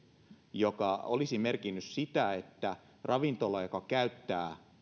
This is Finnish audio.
joka olisi merkinnyt sitä että ravintola joka käyttää